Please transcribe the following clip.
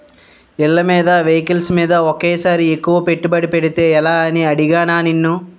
ఇళ్ళమీద, వెహికల్స్ మీద ఒకేసారి ఎక్కువ పెట్టుబడి పెడితే ఎలా అని అడిగానా నిన్ను